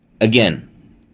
Again